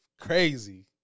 Crazy